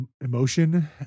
emotion